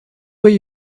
were